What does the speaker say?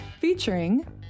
featuring